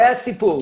זה הסיפור,